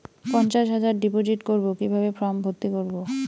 পঞ্চাশ হাজার ডিপোজিট করবো কিভাবে ফর্ম ভর্তি করবো?